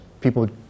people